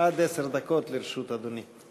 עד עשר דקות לרשות אדוני.